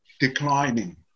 declining